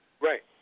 Right